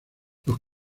los